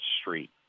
street